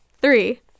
three